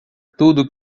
tudo